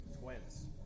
Twins